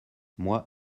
moi